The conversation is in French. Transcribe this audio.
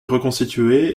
reconstitué